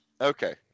Okay